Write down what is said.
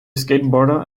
skateboarder